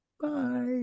Bye